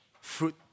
fruit